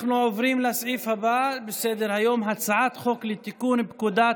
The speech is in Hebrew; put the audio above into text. תקנות סמכויות מיוחדות להתמודדות